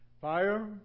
Fire